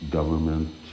government